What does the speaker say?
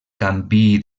canviï